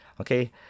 okay